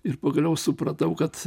ir pagaliau supratau kad